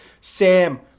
Sam